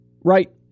Right